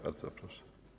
Bardzo proszę.